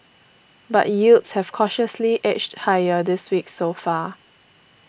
but yields have cautiously edged higher this week so far